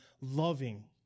loving